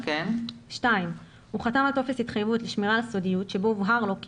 הוא חתם על טופס התחייבות לשמירה על סודיות שבו הובהר לו כי